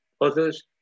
others